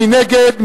מי נגד?